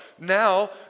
Now